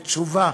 ותשובה